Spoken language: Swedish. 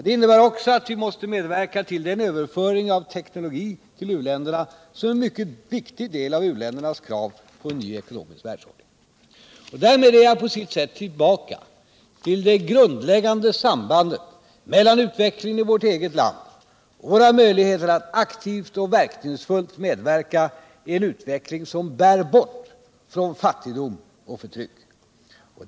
Det innebär också att vi måste medverka till den överföring av teknologi till uländerna som är en mycket viktig del av u-ländernas krav för att få en ny ekonomisk världsordning. Därmed är jag tillbaka vid det grundläggande sambandet mellan utvecklingen i vårt eget land och våra möjligheter att aktivt och verkningsfullt medverka i en utveckling som bär bort från fattigdom och förtryck.